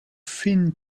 fin